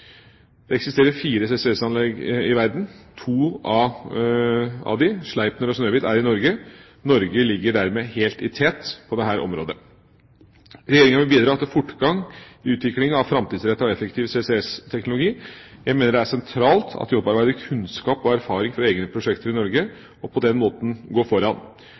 Det eksisterer fire CCS-anlegg i verden. To av dem, Sleipner og Snøhvit, er i Norge. Norge ligger dermed helt i tet på dette området. Regjeringa vil bidra til fortgang i utviklinga av framtidsrettet og effektiv CCS-teknologi. Jeg mener det er sentralt at vi opparbeider kunnskap og erfaring fra egne prosjekter i Norge, og på den måten går foran.